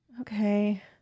Okay